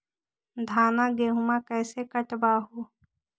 धाना, गेहुमा कैसे कटबा हू?